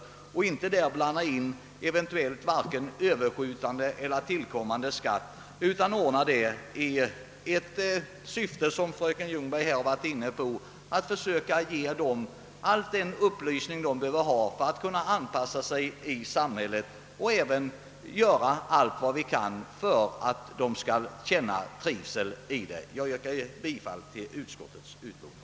Som fröken Ljungberg framhöll bör vi försöka ge den utländska arbetskraften all den upplysning den behöver för att kunna anpassa sig i samhället och göra allt vi kan för att dessa människor skall känna trivsel här. Jag yrkar bifall till utskottets hemställan.